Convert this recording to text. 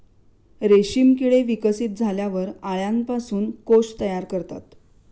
रेशीम किडे विकसित झाल्यावर अळ्यांपासून कोश तयार करतात